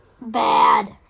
Bad